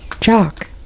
Jock